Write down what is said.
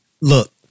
look